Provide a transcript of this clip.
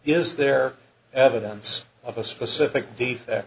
is there evidence of a specific defect